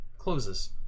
closes